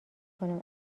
کنم